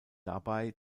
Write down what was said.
dabei